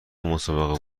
مسابقه